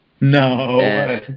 No